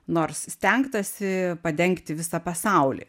nors stengtasi padengti visą pasaulį